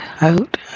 out